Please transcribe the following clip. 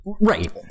Right